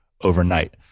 overnight